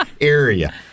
area